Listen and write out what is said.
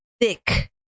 thick